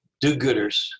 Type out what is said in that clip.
do-gooders